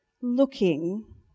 looking